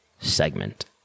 segment